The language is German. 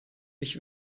ich